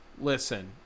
Listen